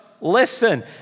listen